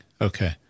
Okay